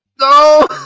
No